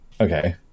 Okay